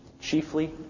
Chiefly